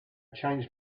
changed